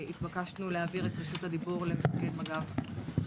התבקשנו להעביר את רשות הדיבור למפקד מג"ב.